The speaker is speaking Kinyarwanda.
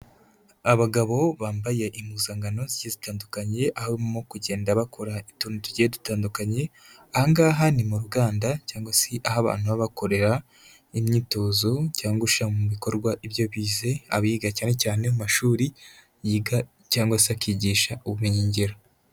Abagabo bambaye impuzankano zigiye zitandukanye, harimo kugenda bakora utuntu tugiye dutandukanye. Aha ngaha ni mu ruganda cyangwa se aho abantu baba bakorera imyitozo cyangwa gushyira mu bikorwa ibyo bize, abiga cyane cyane mu mashuri yiga cyangwa se akigisha ubumenyingiro.